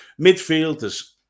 midfielders